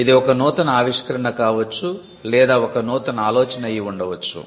ఇది ఒక నూతన ఆవిష్కరణ కావచ్చు లేదా ఒక నూతన ఆలోచన అయి ఉండవచ్చు